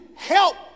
help